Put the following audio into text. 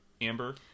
Amber